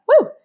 woo